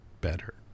better